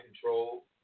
control